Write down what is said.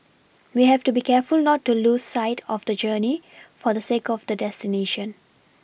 we have to be careful not to lose sight of the journey for the sake of the destination